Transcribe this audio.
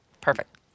Perfect